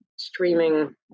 streaming